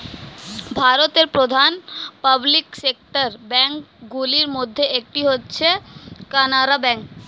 ভারতের প্রধান public sector bank গুলির মধ্যে একটি হচ্ছে কানারা ব্যাঙ্ক